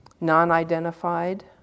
non-identified